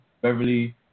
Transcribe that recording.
Beverly